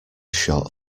short